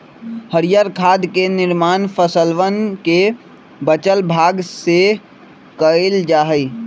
हरीयर खाद के निर्माण फसलवन के बचल भाग से कइल जा हई